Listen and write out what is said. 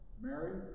Mary